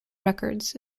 records